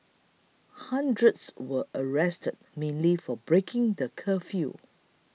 hundreds were arrested mainly for breaking the curfew